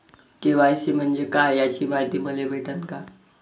KYC म्हंजे काय याची मायती मले भेटन का?